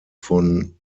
von